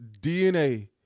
DNA